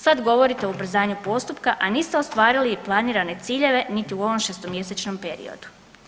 Sad govorite o ubrzanju postupka, a niste ostvarili i planirane ciljeve niti u ovom šestomjesečnom periodu.